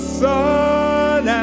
sun